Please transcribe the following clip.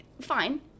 fine